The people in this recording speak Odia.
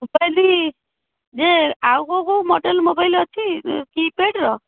ମୋବାଇଲ ଯେ ଆଉ କେଉଁ କେଉଁ ମଡ଼େଲ୍ ମୋବାଇଲ ଅଛି କିପ୍ୟାଡ଼୍ର